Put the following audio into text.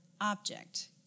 object